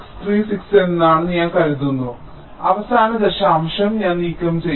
636 ആണെന്ന് ഞാൻ കരുതുന്നു അവസാന ദശാംശം ഞാൻ നീക്കം ചെയ്യും